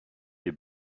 des